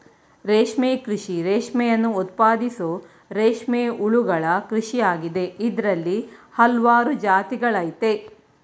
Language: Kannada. ರೇಷ್ಮೆ ಕೃಷಿ ರೇಷ್ಮೆಯನ್ನು ಉತ್ಪಾದಿಸೋ ರೇಷ್ಮೆ ಹುಳುಗಳ ಕೃಷಿಯಾಗಿದೆ ಇದ್ರಲ್ಲಿ ಹಲ್ವಾರು ಜಾತಿಗಳಯ್ತೆ